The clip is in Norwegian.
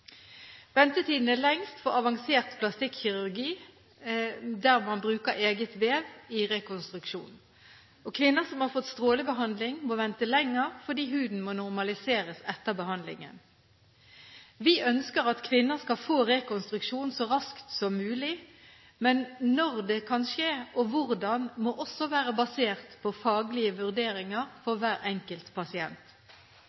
Ventetiden er lengst for avansert plastikkirurgi der man bruker kvinnens eget vev i rekonstruksjonen. Kvinner som har fått strålebehandling, må vente lenger, fordi huden må normaliseres etter behandlingen. Vi ønsker at kvinner skal få rekonstruksjon så raskt som mulig, men når det kan skje, og hvordan, må også være basert på faglige vurderinger